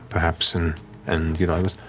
perhaps, and and yudala goes,